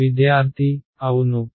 విద్యార్థి అవును చూడండి సమయం 24 27